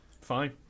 Fine